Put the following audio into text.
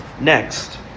Next